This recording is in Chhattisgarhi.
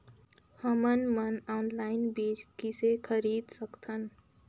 हमन मन ऑनलाइन बीज किसे खरीद सकथन?